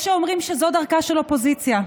יש האומרים שזו דרכה של אופוזיציה,